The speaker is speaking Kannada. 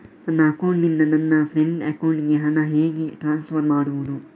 ನನ್ನ ಅಕೌಂಟಿನಿಂದ ನನ್ನ ಫ್ರೆಂಡ್ ಅಕೌಂಟಿಗೆ ಹಣ ಹೇಗೆ ಟ್ರಾನ್ಸ್ಫರ್ ಮಾಡುವುದು?